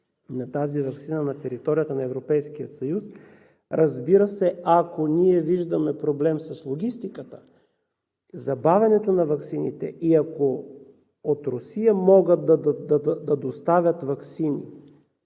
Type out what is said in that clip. на тази ваксина на територията на Европейския съюз, разбира се, ако ние виждаме проблем с логистиката, забавянето на ваксините и ако от Русия могат да доставят ваксини